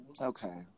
Okay